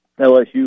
LSU